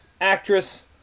actress